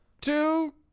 two